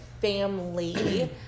family